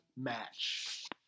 match